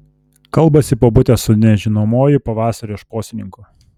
kalbasi bobutė su nežinomuoju pavasario šposininku